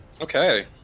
Okay